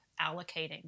allocating